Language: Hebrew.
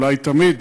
אולי תמיד,